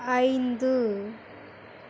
ஐந்து